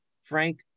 Frank